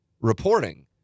reporting